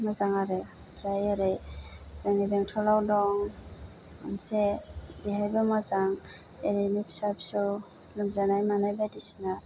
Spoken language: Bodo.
मोजां आरो ओमफ्राय ओरै जोंनि बेंतलाव दं मोनसे बेहायबो मोजां ओरैनो फिसा फिसौ लोमजानाय मानाय बायदिसिना